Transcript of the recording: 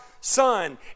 son